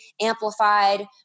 amplified